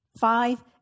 Five